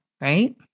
right